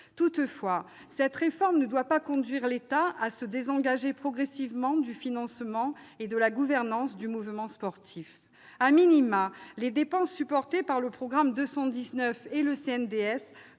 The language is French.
Toutefois, cette réforme ne doit pas conduire l'État à se désengager progressivement du financement et de la gouvernance du mouvement sportif., les dépenses supportées par le programme 219 et le CNDS